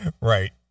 right